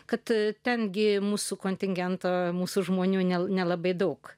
kad ten gi mūsų kontingento mūsų žmonių ne nelabai daug